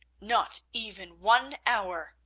not even one hour,